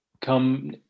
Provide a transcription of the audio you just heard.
Come